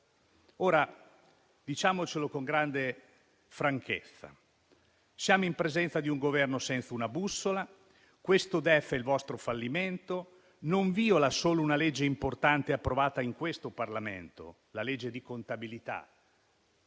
Ora, diciamocelo con grande franchezza: siamo in presenza di un Governo senza una bussola. Questo DEF è il vostro fallimento e non viola solo una legge importante, approvata in questo Parlamento, cioè la legge di contabilità.